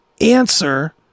answer